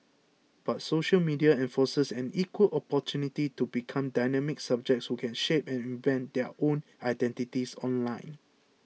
but social media enforces an equal opportunity to become dynamic subjects who can shape and invent their own identities online